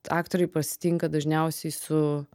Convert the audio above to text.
aktoriai pasitinka dažniausiai su